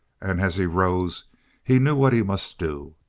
and as he rose he knew what he must do.